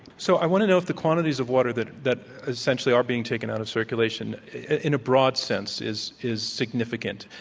so i want to know if the quantities of water that that essentially are being taken out of circulation in a broad sense is is significant.